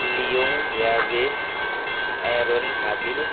Leong यावेश Aaron हाबिल ओमछिरिङ